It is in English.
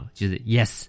就是yes